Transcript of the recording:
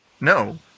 No